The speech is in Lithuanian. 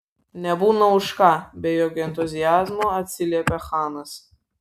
nebūna už ką be jokio entuziazmo atsiliepė chanas